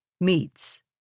Meats